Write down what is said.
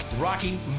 Rocky